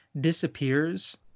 disappears